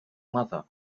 mother